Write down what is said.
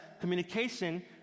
communication